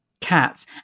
cats